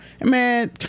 man